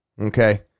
Okay